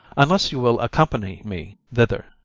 unless you will accompany me thither.